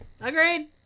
Agreed